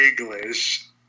English